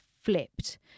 flipped